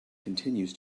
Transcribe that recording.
continues